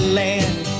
land